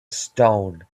stone